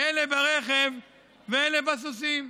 "אלה ברכב ואלה בסוסים"?